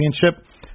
championship